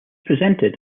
presented